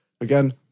again